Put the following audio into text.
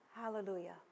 Hallelujah